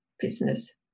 business